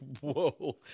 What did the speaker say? whoa